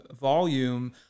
volume